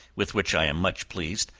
with which i am much pleased,